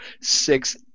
six